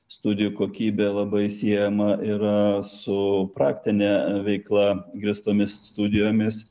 studijų kokybė labai siejama yra su praktine veikla grįstomis studijomis